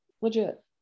legit